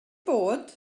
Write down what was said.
bod